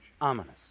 ominous